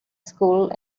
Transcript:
school